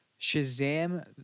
Shazam